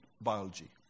biology